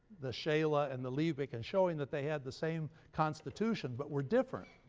the scheele ah and the liebig, and showing that they had the same constitution but were different.